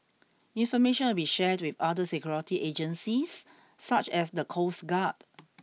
information will be shared with other security agencies such as the coast guard